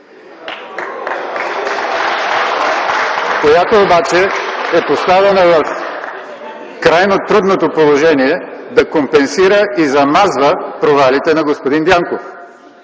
която обаче е поставена в крайно трудното положение да компенсира и замазва провалите на господин Дянков.